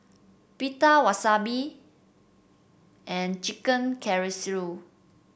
Pita Wasabi and Chicken Casserole